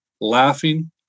Laughing